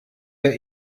der